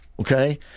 Okay